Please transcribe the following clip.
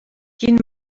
quin